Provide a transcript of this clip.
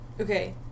Okay